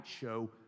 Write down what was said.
show